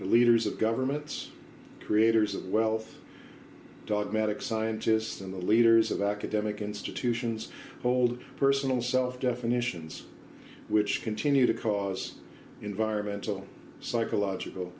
the leaders of governments creators of wealth dogmatic scientists and the leaders ready of academic institutions old personal self definitions which continue to cause environmental psychological